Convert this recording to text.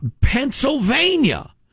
Pennsylvania